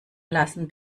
lassen